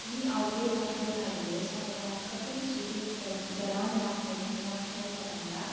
यी आउटलेट वा स्रोतहरूले समुदायलाई कसरी सूचित र ज जडान राख्छ राख्छन् त भन्दा